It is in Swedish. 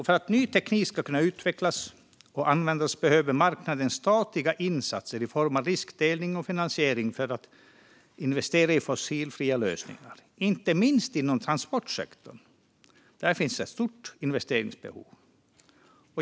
För att ny teknik ska kunna utvecklas och användas behöver marknaden statliga insatser i form av riskdelning och finansiering för att investera i fossilfria lösningar. Inte minst inom transportsektorn finns ett stort investeringsbehov.